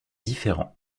différents